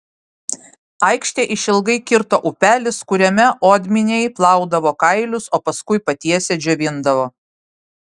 aikštę išilgai kirto upelis kuriame odminiai plaudavo kailius o paskui patiesę džiovindavo